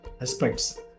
aspects